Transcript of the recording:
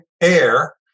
air